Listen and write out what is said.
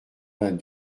vingt